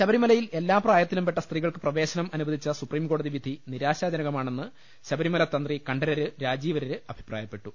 ശബരിമലയിൽ എല്ലാപ്രായത്തിലുംപെട്ട സ്ത്രീകൾ ക്ക് പ്രവേശനം അനുവദിച്ച സുപ്രീംകോടതി വിധി നിരാശാജനക മാണെന്ന് ശബരിമല തന്ത്രി കണ്ഠരർ രാജീവരർ അഭിപ്രായപ്പെട്ടു